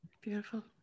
Beautiful